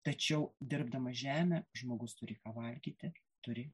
tačiau dirbdamas žemę žmogus turi ką valgyti turi